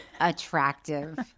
attractive